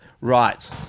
Right